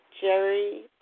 Jerry